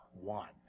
one